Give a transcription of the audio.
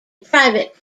private